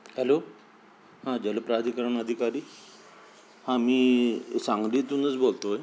hello हां जलप्राधिकरण अधिकारी हां मी सांगलीतूनच बोलत आहे